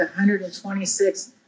126